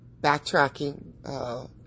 backtracking